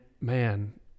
man